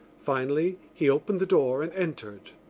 finally he opened the door and entered.